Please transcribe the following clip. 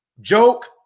joke